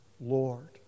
Lord